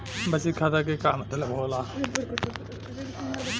बचत खाता के का मतलब होला?